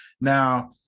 Now